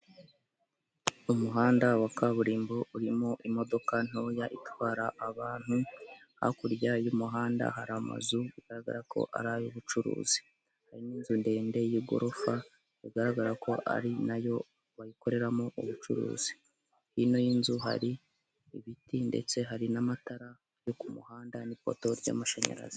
Umuhanda wa kaburimbo urimo imodoka ntoya itwara abantu, hakurya y'umuhanda hari amazu agaragara ko ari ay'ubucuruzi, hari n'inzu ndende y'igorofa bigaragara ko ari nayo bayikoreramo ubucuruzi hino y'inzu hari ibiti ndetse hari n'amatara yo ku muhanda n'ipoto ry'amashanyarazi.